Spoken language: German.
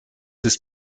ist